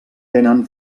tenen